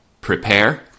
prepare